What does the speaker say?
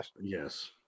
Yes